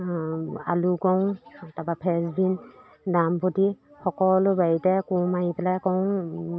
আলু কৰোঁ তাপা ফ্ৰেছ বিন দাম প্ৰতি সকলো বাৰীতে কোৰ মাৰি পেলাই কৰোঁ